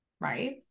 right